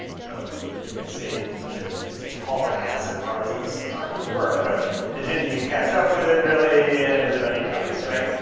so you can see my ship is hauling ass at mars, and this is not going to work, but it didn't even catch up with it really, and everybody dies, right?